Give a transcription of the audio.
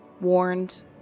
warned